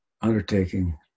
undertaking